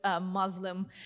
muslim